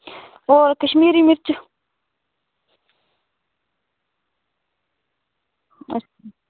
होर कश्मीरी मिर्च